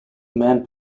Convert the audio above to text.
mann